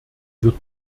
wird